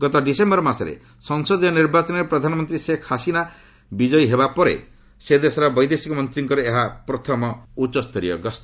ଗତ ଡିସେୟର ମାସରେ ସଂସଦୀୟ ନିର୍ବାଚନରେ ପ୍ରଧାନମନ୍ତ୍ରୀ ଶେଖ୍ ହାସିନାଙ୍କ ବିଜୟ ପରେ ସେ ଦେଶର ବୈଦେଶିକ ମନ୍ତ୍ରୀଙ୍କର ଏହା ପ୍ରଥମ ଉଚ୍ଚସ୍ତରୀୟ ଗସ୍ତ